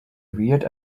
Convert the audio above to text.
weird